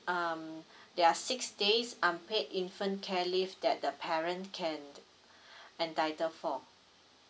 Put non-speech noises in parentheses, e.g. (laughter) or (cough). um ya six days unpaid infant care leave that the parent can (breath) entitle for